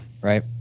Right